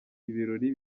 ibirori